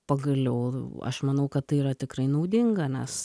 pagaliau aš manau kad tai yra tikrai naudinga nes